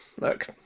Look